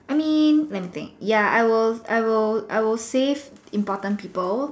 I mean let me think ya I will I will I will save important people